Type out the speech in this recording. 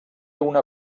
una